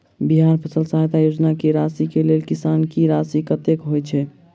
बिहार फसल सहायता योजना की राशि केँ लेल किसान की राशि कतेक होए छै?